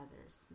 others